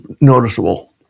noticeable